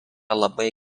labai